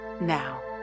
now